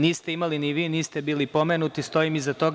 Niste imali ni vi, niste bili pomenuti i stojim iza toga.